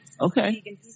okay